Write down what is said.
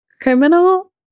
Criminal